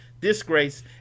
disgrace